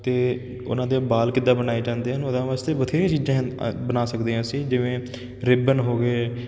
ਅਤੇ ਉਹਨਾਂ ਦੇ ਵਾਲ ਕਿੱਦਾਂ ਬਣਾਏ ਜਾਂਦੇ ਹਨ ਉਹਨਾਂ ਵਾਸਤੇ ਬਥੇਰੀਆਂ ਚੀਜ਼ਾਂ ਅ ਬਣਾ ਸਕਦੇ ਹਾਂ ਅਸੀਂ ਜਿਵੇਂ ਰਿਬਨ ਹੋ ਗਏ